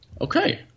Okay